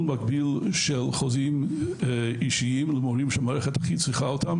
מקביל של חוזים אישיים למורים שהמערכת הכי צריכה אותם,